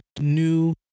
new